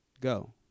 go